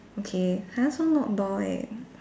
okay !huh! so not door leh